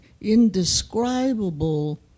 indescribable